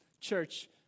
Church